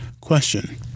Question